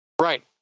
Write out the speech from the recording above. Right